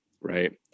right